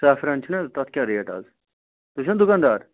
saffron چھِنہٕ حظ تَتھ کیٛاہ ریٹ اَز تُہۍ چھُناہ دُکانٛدار